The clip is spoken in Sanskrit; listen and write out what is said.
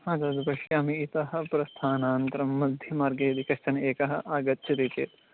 हा तद् पश्यामि इतः प्रस्थानान्तरं मध्ये मार्गे यदि कश्चन एकः आगच्छति चेत्